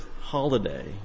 holiday